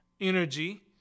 energy